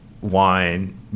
wine